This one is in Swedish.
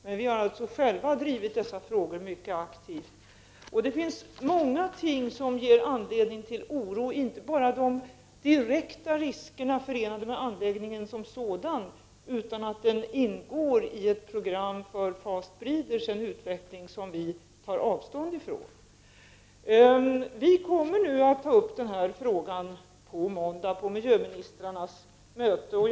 Men vi har själva drivit dessa frågor mycket aktivt. Det finns många ting som ger anledning till oro, inte bara de direkta risker som är förenade med anläggningen som sådan utan också att den ingår i ett program för ”fast breeders” — en utveckling som vi tar avstånd från. Vi kommer att ta upp den här frågan vid miljöministrarnas möte på måndag.